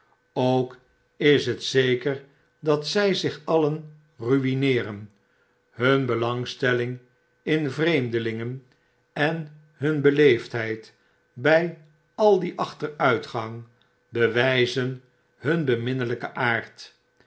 ook is het zeker dat zij zich alien ruineeren hun belangstelling in vreemdelingen en hun beleei'dheid bij al dien achteruitgang bewjjzen hun beminnelpen aard